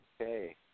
Okay